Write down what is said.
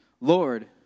Lord